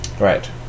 Right